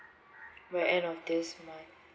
by end of this month